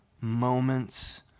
moments